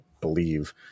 believe